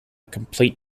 completed